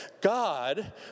God